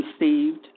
received